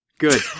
Good